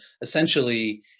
essentially